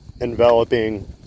enveloping